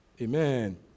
Amen